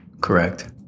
Correct